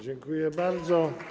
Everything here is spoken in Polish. Dziękuję bardzo.